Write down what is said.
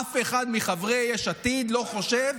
אף אחד מחברי יש עתיד לא חושב,